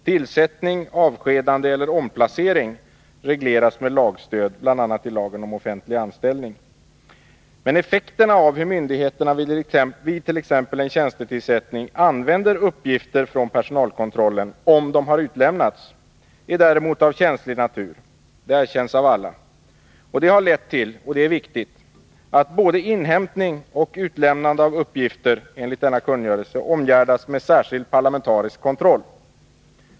Tillsättning, avskedande eller omplacering regleras med lagstöd, bl.a. i lagen om offentlig anställning. Effekterna av hur myndigheterna vid t.ex. en tjänstetillsättning använder uppgifter från personalkontrollen — om de har utlämnats är däremot av känslig natur — det är erkänt av alla. Det har lett till — det är viktigt — att både inhämtning och utlämnande av uppgifter enligt denna kungörelse omgärdas med särskild parlamentarisk kontroll.